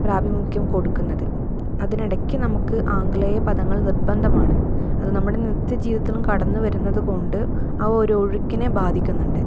പ്രാഭിമുഖ്യം കൊടുക്കുന്നത് അതിനിടയ്ക്ക് നമുക്ക് ആംഗലേയ പദങ്ങൾ നിർബന്ധമാണ് അത് നമ്മുടെ നിത്യ ജീവിതത്തിനും കടന്നുവരുന്നത് കൊണ്ട് ആ ഒരു ഒഴുക്കിനെ ബാധിക്കുന്നുണ്ട്